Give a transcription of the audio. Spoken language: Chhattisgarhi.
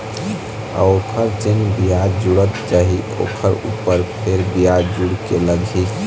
अऊ ओखर जेन बियाज जुड़त जाही ओखर ऊपर फेर बियाज जुड़ के लगही